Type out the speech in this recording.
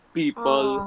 people